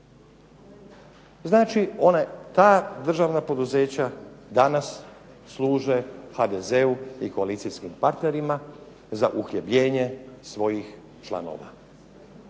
Znači one, ta državna poduzeća danas služe HDZ-u i koalicijskim partnerima za uhljebljenje svojih članova.